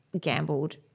gambled